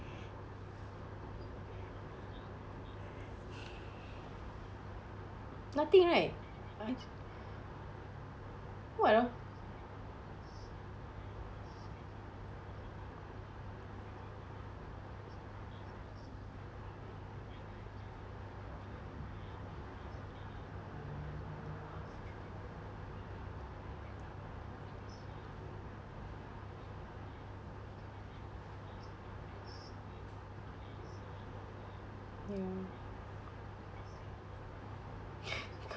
nothing right I what ah ya